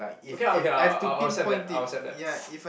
okay lah okay lah I I will accept that I will accept that